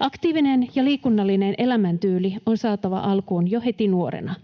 Aktiivinen ja liikunnallinen elämäntyyli on saatava alkuun jo heti nuorena.